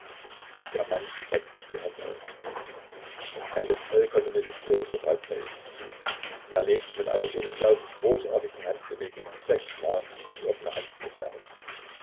der mann streckt die hand aus eine vollkommene hypnose raunt mir iltis zu er legt mit einer unglaublich großartigen handbewegung sechs mark in die offene hand des mannes